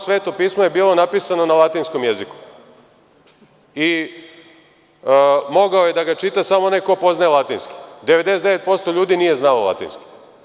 Svako sveto pismo je bilo napisano na latinskom jeziku i mogao je da ga čita samo onaj ko poznaje latinski jezik, 99% ljudi nije znalo latinski.